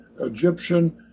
Egyptian